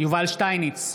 יובל שטייניץ,